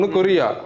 Korea